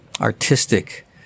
artistic